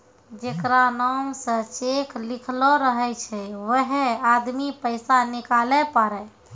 जेकरा नाम से चेक लिखलो रहै छै वैहै आदमी पैसा निकालै पारै